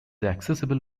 accessible